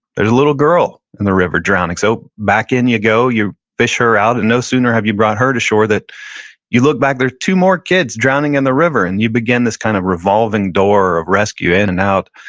there's a little girl in the river drowning. so back in you go, you fish her out and no sooner have you brought her to shore that you look back, there are two more kids drowning in the river and you begin this kind of revolving door of rescue in and out.